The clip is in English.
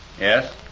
Yes